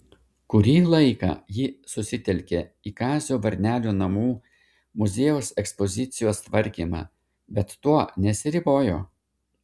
kurį laiką ji susitelkė į kazio varnelio namų muziejaus ekspozicijos tvarkymą bet tuo nesiribojo